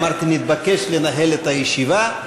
אמרתי "נתבקש לנהל את הישיבה",